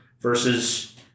versus